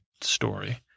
story